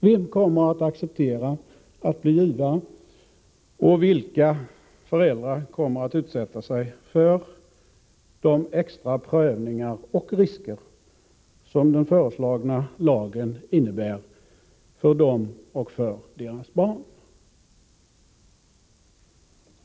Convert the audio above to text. Vem kommer att acceptera att bli givare, och vilka föräldrar kommer att utsätta sig för de extra prövningar och risker som den föreslagna lagen innebär för dem och för deras barn?